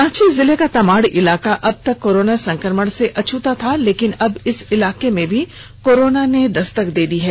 रांची जिले का तमाड़ इलाका अब तक कोरोना संक्रमण से अछूता था लेकिन अब इस इलाके में भी कोरोना ने दस्तक दे दी है